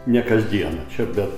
ne kasdieną čia be